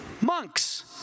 Monks